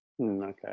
Okay